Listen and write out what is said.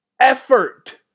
Effort